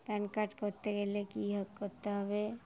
pan card করতে গেলে কী হ করতে হবে